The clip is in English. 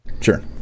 sure